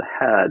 ahead